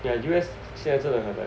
ya U_S 现在真的很美